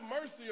mercy